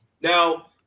Now